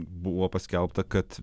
buvo paskelbta kad